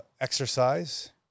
exercise